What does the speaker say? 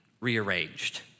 rearranged